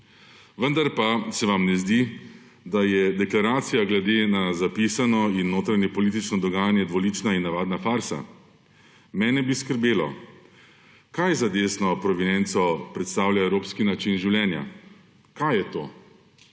Vendar pa, se vam ne zdi, da je deklaracija glede na zapisano in notranjepolitično dogajanje dvolična in navadna farsa? Mene bi skrbelo, kaj za desno provenienco predstavlja evropski način življenja. Kaj je to?